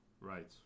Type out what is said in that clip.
right